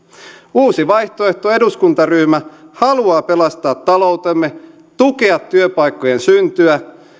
uusi vaihtoehto eduskuntaryhmä haluaa pelastaa taloutemme tukea työpaikkojen syntyä